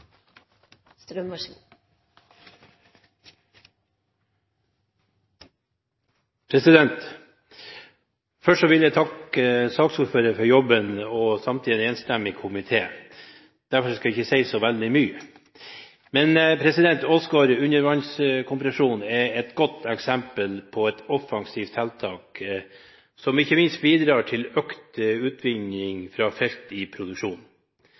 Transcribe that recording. Først vil jeg takke saksordføreren for jobben – og samtidig en enstemmig komité, derfor skal jeg ikke si så veldig mye. Åsgard undervannskompresjon er et godt eksempel på et offensivt tiltak som ikke minst bidrar til økt utvinning fra felt i produksjon.